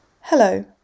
Hello